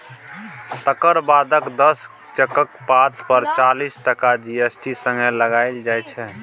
तकर बादक दस चेकक पात पर चालीस टका जी.एस.टी संगे लगाएल जाइ छै